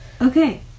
Okay